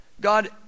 God